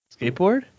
Skateboard